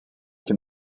can